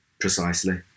Precisely